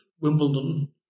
Wimbledon